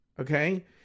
okay